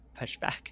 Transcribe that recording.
pushback